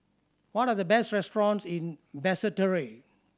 what are the best restaurants in Basseterre